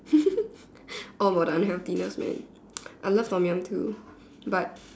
all for the unhealthiness man I love Tom-Yum too but